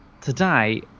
today